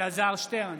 שטרן,